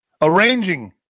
arranging